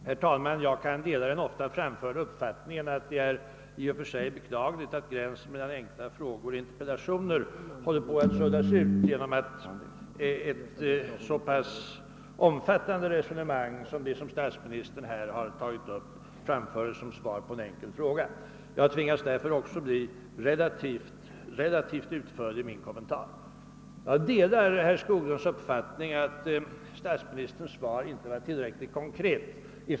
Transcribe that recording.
Herr talman! Jag kan dela den ofta framförda uppfattningen att det i och för sig är beklagligt att gränsen mellan enkla frågor och interpellationer håller på att suddas ut genom att så pass omfattande resonemang som det statsministern nyss fört redovisas som svar på en enkel fråga. Jag tvingas också att i min kommentar bli relativt utförlig. Jag instämmer med herr Skoglund i att statsministerns svar i flera avseenden inte var tillräckligt konkret.